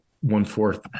one-fourth